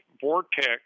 vortex